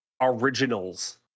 originals